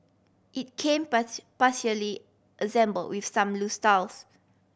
it came partially assemble with some loose tiles